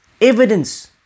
evidence